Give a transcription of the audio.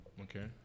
Okay